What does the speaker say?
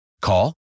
Call